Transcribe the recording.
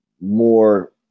more